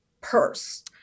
purse